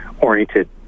oriented